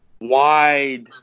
wide